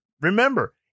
remember